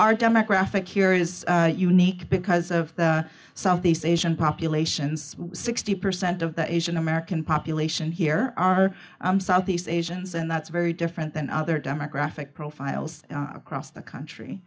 our demographic here is unique because of the southeast asian populations sixty percent of the asian american population here are southeast asians and that's very different than other demographic profiles across the country